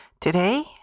Today